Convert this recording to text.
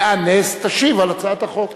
לאה נס, תשיב על הצעת החוק.